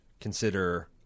consider